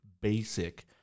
basic